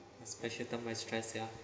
especially done my stress yeah